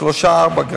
שלושה או ארבעה,